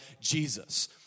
Jesus